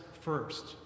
first